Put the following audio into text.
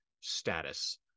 status